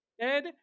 Ed